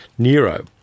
Nero